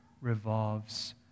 revolves